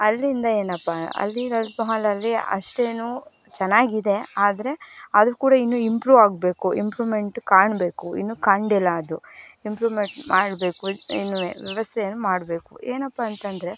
ಅಲ್ಲಿಂದ ಏನಪ್ಪಾ ಅಲ್ಲಿ ಲಲಿತ ಮಹಲಲ್ಲಿ ಅಷ್ಟೇನು ಚೆನ್ನಾಗಿದೆ ಆದರೆ ಅಲ್ಲಿ ಕೂಡ ಇನ್ನೂ ಇಂಪ್ರೂವ್ ಆಗಬೇಕು ಇಂಪ್ರೂವ್ಮೆಂಟ್ ಕಾಣಬೇಕು ಇನ್ನೂ ಕಂಡಿಲ್ಲ ಅದು ಇಂಪ್ರೂವ್ಮೆಂಟ್ ಮಾಡಬೇಕು ಇನ್ನು ವ್ಯವಸ್ಥೆಯನ್ನು ಮಾಡಬೇಕು ಏನಪ್ಪಾ ಅಂತಂದರೆ